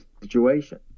situation